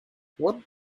what